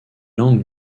langues